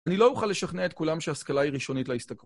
אני לא אוכל לשכנע את כולם שהשכלה היא ראשונית להסתכלות.